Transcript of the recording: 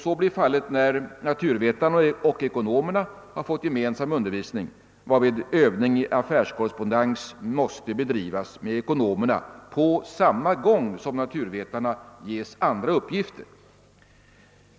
Så blir fallet, när naturvetarna och ekonomerna har fått gemensam undervisning, varvid övning i affärskorrespondens måste bedrivas med ekonomerna på samma gång som naturvetarna ges andra uppgifter.